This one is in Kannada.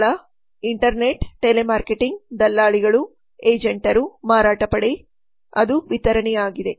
ಸ್ಥಳ ಇಂಟರ್ನೆಟ್ ಟೆಲಿಮಾರ್ಕೆಟಿಂಗ್ ದಲ್ಲಾಳಿಗಳು ಏಜೆಂಟರು ಮಾರಾಟ ಪಡೆ ಅದು ವಿತರಣೆಯಾಗಿದೆ